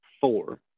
four